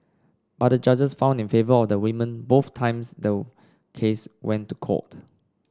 but the judges found in favour of the woman both times the case went to court